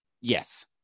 Yes